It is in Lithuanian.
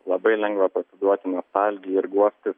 labai lengva pasiduoti nostalgijai ir guostis